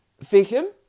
vision